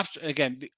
Again